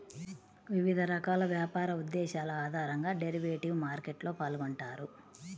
వివిధ రకాల వ్యాపార ఉద్దేశాల ఆధారంగా డెరివేటివ్ మార్కెట్లో పాల్గొంటారు